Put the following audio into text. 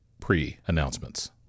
pre-announcements